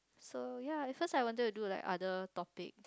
so ya at first I wanted to like other topic